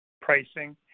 pricing